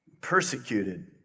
persecuted